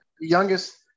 youngest